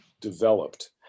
developed